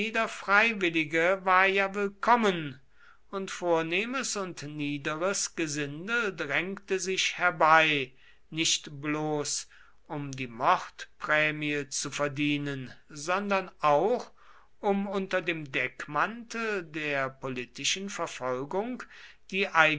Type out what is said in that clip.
freiwillige war ja willkommen und vornehmes und niederes gesindel drängte sich herbei nicht bloß um die mordprämie zu verdienen sondern auch um unter dem deckmantel der politischen verfolgung die